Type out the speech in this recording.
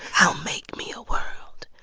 i'll make me a world.